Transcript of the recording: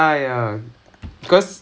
ya ya as in